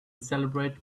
celebrate